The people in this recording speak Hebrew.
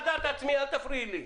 אל תפריעי לי.